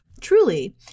Truly